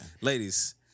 Ladies